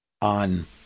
on